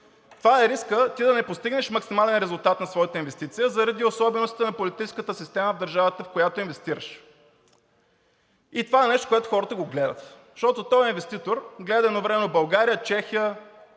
Това е рискът ти да не постигнеш максимален резултат на своята инвестиция заради особеностите на политическата система в държавата, в която инвестираш. Това е нещо, което хората го гледат, защото този инвеститор гледа едновременно България, Чехия,